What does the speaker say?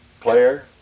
player